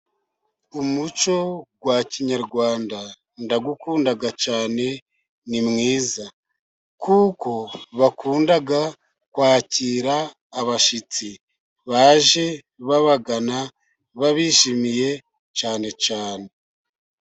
Umuco wa kinyarwanda ndawukunda cyane, ni mwiza. Kuko bakunda kwakira abashyitsi baje babagana, babishimiye cyane cyane.